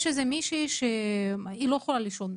יש מישהי שלא יכולה לישון,